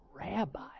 rabbi